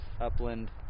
upland